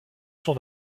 son